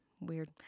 Weird